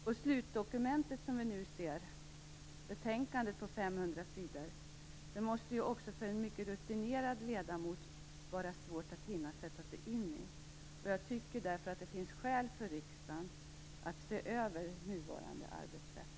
Det slutdokument som vi nu ser, betänkandet om 500 sidor, måste också för en mycket rutinerad ledamot vara svårt att hinna sätta sig in i. Jag tycker därför att det finns skäl för riksdagen att se över nuvarande arbetssätt.